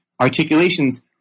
articulations